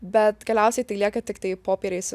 bet galiausiai tai lieka tiktai popieriais